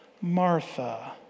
Martha